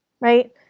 Right